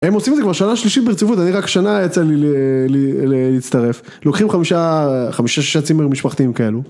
הם עושים את זה כבר שנה שלישית ברציפות, אני רק שנה יצא לי להצטרף, לוקחים חמישה, חמישה שישה צימרים משפחתיים כאלו.